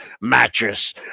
Mattress